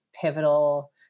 pivotal